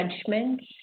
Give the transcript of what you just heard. judgments